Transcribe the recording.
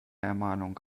ermahnung